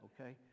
okay